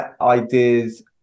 ideas